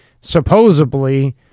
supposedly